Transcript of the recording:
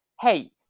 hey